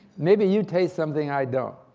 maybe you taste something i don't.